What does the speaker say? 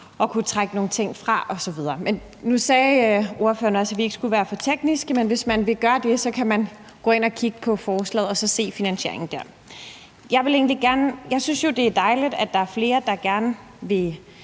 at kunne trække nogle ting fra osv. Nu sagde ordføreren også, at vi ikke skulle være for tekniske, men hvis man vil være det, kan man gå ind og kigge på forslaget og så se finansieringen der. Jeg synes jo, det er dejligt, at der er flere, der gerne vil